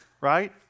right